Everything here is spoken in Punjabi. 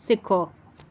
ਸਿੱਖੋ